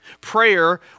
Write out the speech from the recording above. Prayer